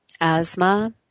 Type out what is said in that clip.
asthma